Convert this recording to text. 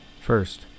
First